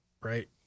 Right